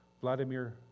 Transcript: Vladimir